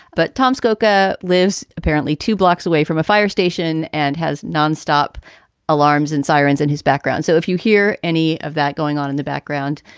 but tom pscholka lives apparently two blocks away from a fire station and has nonstop alarms and sirens in his background. so if you hear any of that going on in the background,